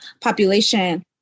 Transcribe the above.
population